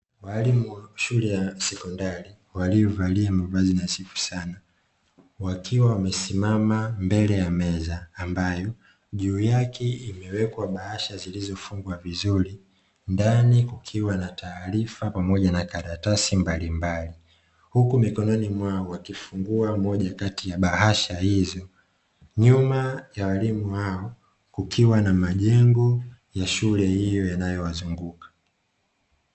Walimu wa shule ya sekondari walio valia mavazi nadhifu sana wakiwa wamesimama mbele ya meza ambayo juu yake imewekwa baasha ziliyofungwa vizuri ndani kukiwa na taarifa pamoja na karatasi mbalimbali. Huku mikononi mwao wakifungua moja kati ya baasha hizo, nyuma ya walimu hao kukiwa na majengo ya shule hiyo inayo wazunguka.